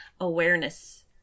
awareness